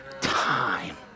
time